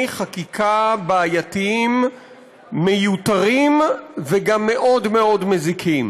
חקיקה בעייתיים מיותרים וגם מאוד מאוד מזיקים.